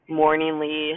morningly